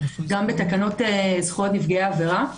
גם בתקנות זכויות נפגעי עבירה.